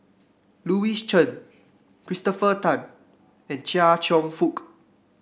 Louis Chen Christopher Tan and Chia Cheong Fook